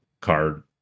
card